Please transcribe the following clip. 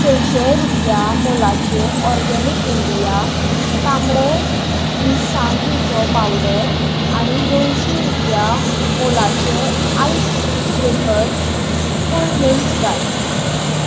सयशे रुपया मोलाचें Organic India तांबडे मिरसांगेचो पावडर आनी दोनशे रुपया मोलाचें आयस ब्रेकर्स कूलमिंट्स घाल